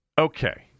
Okay